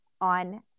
on